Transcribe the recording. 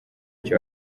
cyo